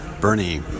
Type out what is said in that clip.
Bernie